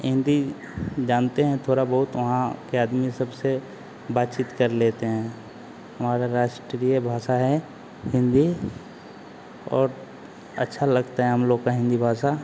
एन्दी जानते हैं थोड़ा बहुत वहाँ के आदमी सबसे बातचीत कर लेते हैं हमारा राष्ट्रीय भाषा है हिन्दी और अच्छा लगता है हम लोग का हिन्दी भाषा